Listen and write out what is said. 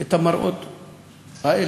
את המראות האלה,